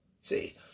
See